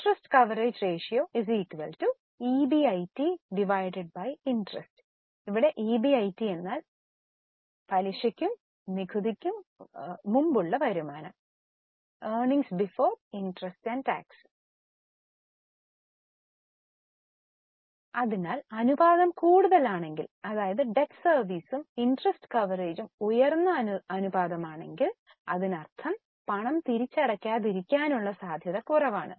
interest coverage ratio E B I T interest ഇവിടെ EBIT പലിശയ്ക്കും നികുതിക്കും മുമ്പുള്ള വരുമാനം അതിനാൽ അനുപാതം കൂടുതലാണെങ്കിൽ അതായത് ടെറ്റ് സെർവിസും ഇന്ട്രെസ്റ് കവറേജും ഉയർന്ന അനുപാതം ആണെങ്കിൽ അതിനർത്ഥം പണം തിരിച്ചടയ്ക്കാതിരിക്കാനുള്ള സാധ്യത കുറവാണ്